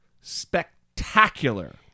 spectacular